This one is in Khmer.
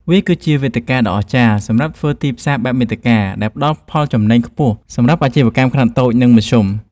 វាគឺជាវេទិកាដ៏អស្ចារ្យសម្រាប់ការធ្វើទីផ្សារបែបមាតិកា ដែលផ្តល់ផលចំណេញខ្ពស់បំផុតសម្រាប់អាជីវកម្មខ្នាតតូច និងមធ្យម។